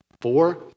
four